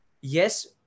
yes